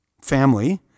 family